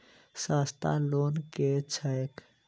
सस्ता लोन केँ छैक